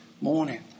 morning